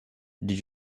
did